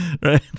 Right